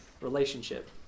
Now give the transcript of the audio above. relationship